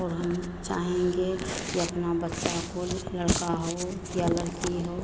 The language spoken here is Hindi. और हम चाहेंगे कि अपना बच्चा को लड़का या लड़की हो